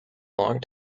long